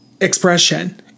expression